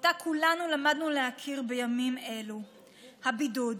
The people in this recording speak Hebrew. שאותה כולנו למדנו להכיר בימים אלו, הבידוד.